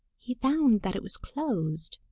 he found that it was closed.